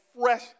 fresh